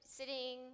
sitting